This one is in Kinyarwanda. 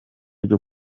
byo